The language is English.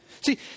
See